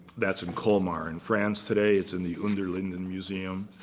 that's in colmar in france today. it's in the unterlinden museum.